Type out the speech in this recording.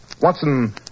Watson